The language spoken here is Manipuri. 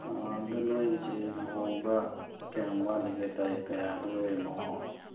ꯑꯥ ꯑꯗꯨ ꯅꯣꯏꯁꯦ ꯂꯨꯍꯣꯡꯕ ꯀꯌꯥꯝ ꯋꯥꯠꯂꯤꯒꯦ ꯇꯥꯔꯤꯛ ꯀꯌꯥꯗ ꯑꯣꯏꯔꯤꯃꯣ